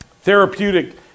therapeutic